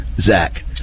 Zach